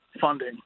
funding